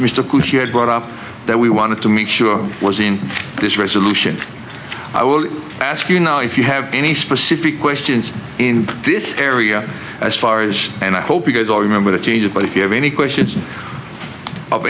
had brought up that we wanted to make sure was in this resolution i will ask you now if you have any specific questions in this area as far as and i hope you guys all remember the changes but if you have any questions of